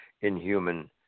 inhuman